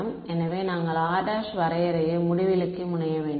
மாணவர் எனவே நாங்கள் r ′ வரையறையை முடிவிலிக்கு முனைய வேண்டும்